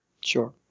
Sure